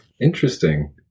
Interesting